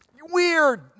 weird